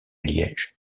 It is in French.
liège